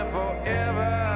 forever